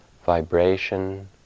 vibration